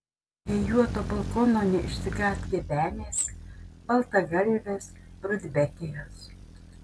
vėjuoto balkono neišsigąs gebenės baltagalvės rudbekijos